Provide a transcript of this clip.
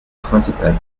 principale